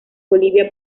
bolivia